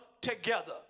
together